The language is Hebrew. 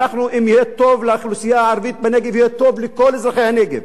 אם יהיה טוב לאוכלוסייה הערבית בנגב יהיה טוב לכל אזרחי הנגב,